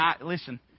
listen